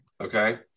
okay